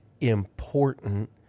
important